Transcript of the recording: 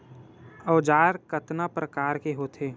औजार कतना प्रकार के होथे?